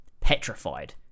petrified